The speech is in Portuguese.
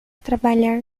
trabalhar